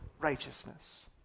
righteousness